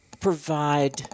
provide